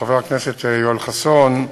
חבר הכנסת יואל חסון,